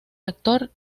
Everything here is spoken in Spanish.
actor